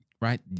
right